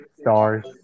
stars